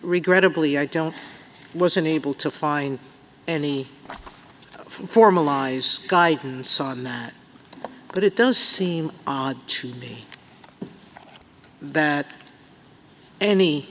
regrettably i don't was unable to find any formalized guidance on that but it does seem odd to me that any